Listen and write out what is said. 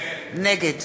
נגד